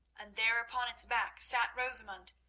and there upon its back sat rosamund.